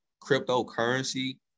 cryptocurrency